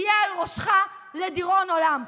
יהיה על ראשך לדיראון עולם.